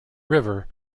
river